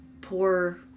poor